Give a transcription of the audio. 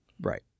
Right